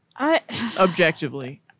objectively